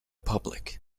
public